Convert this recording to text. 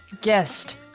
guest